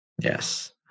Yes